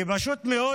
כי פשוט מאוד,